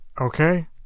Okay